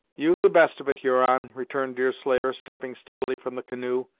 you've the best of it, huron, returned deerslayer, stepping steadily from the canoe,